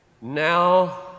now